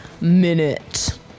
minute